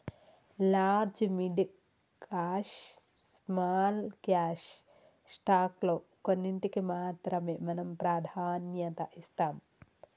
large mid cap small cap stock లో కొన్నింటికీ మాత్రమే మనం ప్రాధాన్యత ఇస్తాం